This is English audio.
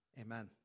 Amen